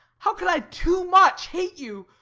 how can i too much hate you,